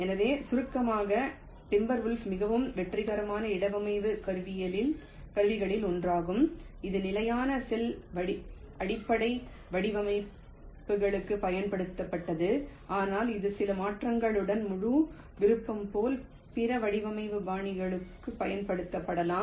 எனவே சுருக்கமாக டிம்பர்வொல்ஃப் மிகவும் வெற்றிகரமான இடவமைப்பு கருவிகளில் ஒன்றாகும் இது நிலையான செல் அடிப்படை வடிவமைப்புகளுக்கு பயன்படுத்தப்பட்டது ஆனால் இது சில மாற்றங்களுடன் முழு விருப்பம் போன்ற பிற வடிவமைப்பு பாணிகளுக்கும் பயன்படுத்தப்படலாம்